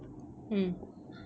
mm